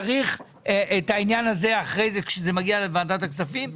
אחרי כן כשזה מגיע לוועדת הכספים,